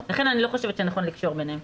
לכן אני לא חושבת שאנחנו נקשור ביניהם.